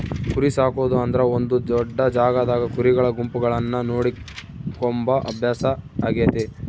ಕುರಿಸಾಕೊದು ಅಂದ್ರ ಒಂದು ದೊಡ್ಡ ಜಾಗದಾಗ ಕುರಿಗಳ ಗುಂಪುಗಳನ್ನ ನೋಡಿಕೊಂಬ ಅಭ್ಯಾಸ ಆಗೆತೆ